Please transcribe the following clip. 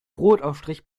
brotaufstrich